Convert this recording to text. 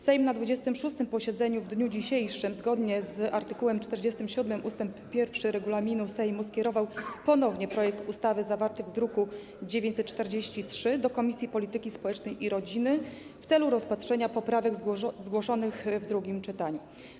Sejm na 26. posiedzeniu w dniu dzisiejszym zgodnie z art. 47 ust. 1 regulaminu Sejmu skierował ponownie projekt ustawy zawarty w druku nr 943 do Komisji Polityki Społecznej i Rodziny w celu rozpatrzenia poprawek zgłoszonych w drugim czytaniu.